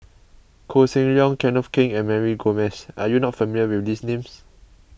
Koh Seng Leong Kenneth Keng and Mary Gomes are you not familiar with these names